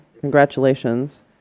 congratulations